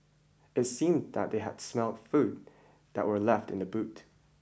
it seemed that they had smelt food that were left in the boot